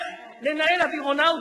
שלא תפתור את הבעיה,